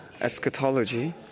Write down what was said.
eschatology